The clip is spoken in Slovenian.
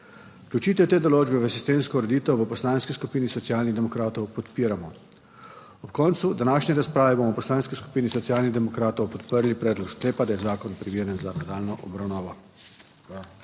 Vključitev te določbe v sistemsko ureditev v Poslanski skupini Socialnih demokratov podpiramo. Ob koncu današnje razprave bomo v Poslanski skupini Socialnih demokratov podprli predlog sklepa, da je zakon primeren za nadaljnjo obravnavo.